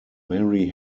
mary